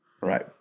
Right